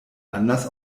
anders